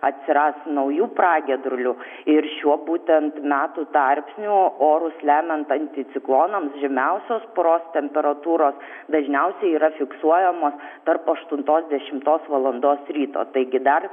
atsiras naujų pragiedrulių ir šiuo būtent metų tarpiniu orus lemiant anticiklonams žemiausios paros temperatūros dažniausiai yra fiksuojamos tarp aštuntos dešimtos valandos ryto taigi dar